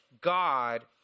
God